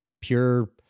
pure